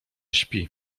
śpi